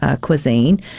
cuisine